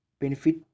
benefit